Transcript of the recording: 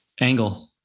angle